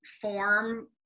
form –